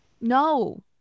no